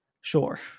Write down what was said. Sure